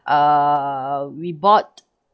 uh we bought